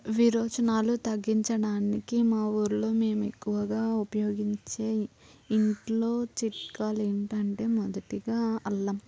విరేచనాలు తగ్గించడానికి మా ఊరిలో మేము ఎక్కువగా ఉపయోగించే ఇంట్లో చిట్కాలు ఏమిటంటే మొదటిగా అల్లం